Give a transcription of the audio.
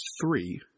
three